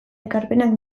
ekarpenak